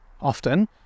Often